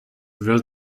were